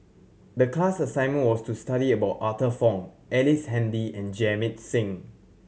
the class assignment was to study about Arthur Fong Ellice Handy and Jamit Singh